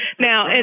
Now